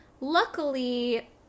luckily